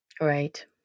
Right